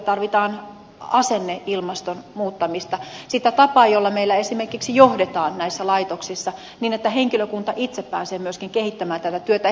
tarvitaan asenneilmaston muuttamista sitä tapaa jolla meillä esimerkiksi johdetaan näissä laitoksissa niin että henkilökunta itse pääsee myöskin kehittämään tätä työtä ja heitä kuullaan